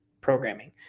programming